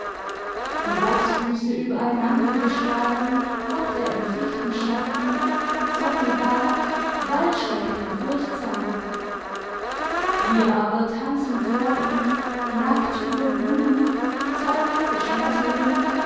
die bocksfüsse übereinandergeschlagen hockt er im fichtenschatten zottelbart waldschreck den furchtsamen wir aber tanzen vor ihm nackt über blumen zwei weisse schmetterlinge